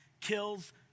kills